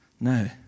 no